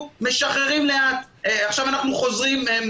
לא צריך ששום אגורה תהיה מוחזקת אצל אף אחד.